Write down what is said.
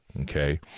Okay